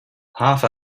half